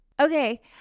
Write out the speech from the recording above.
Okay